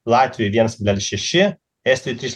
latvijoj vienas kablelis šeši estijoj trys